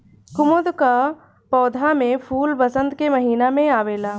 कुमुद कअ पौधा में फूल वसंत के महिना में आवेला